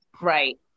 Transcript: Right